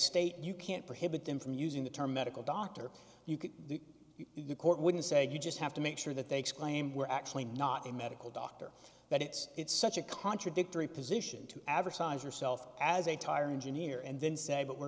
state you can't prohibit them from using the term medical doctor you could the court wouldn't say you just have to make sure that they exclaim we're actually not a medical doctor that it's it's such a contradictory position to advertise yourself as a tire engineer and then say but we're